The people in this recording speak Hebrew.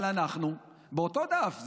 אבל אנחנו באותו דף.